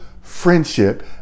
friendship